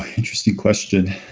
interesting question.